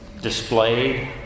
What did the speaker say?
displayed